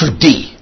Today